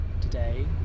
Today